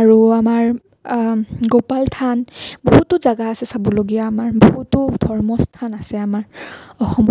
আৰু আমাৰ গোপাল থান বহুতো জেগা আছে চাবলগীয়া আমাৰ বহুতো ধৰ্মস্থান আছে আমাৰ অসমত